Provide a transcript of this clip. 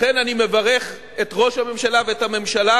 לכן אני מברך את ראש הממשלה ואת הממשלה